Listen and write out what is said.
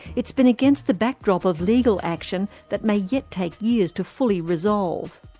it's been against the backdrop of legal action that may yet take years to fully resolve.